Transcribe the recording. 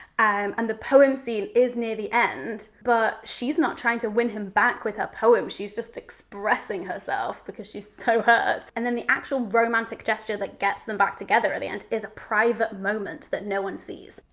um and the poem scene is near the end, but she's not trying to win him back with her poem. she's just expressing herself because she's so hurt. and then the actual romantic gesture that gets them back together at the end is a private moment that no one sees.